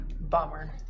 Bummer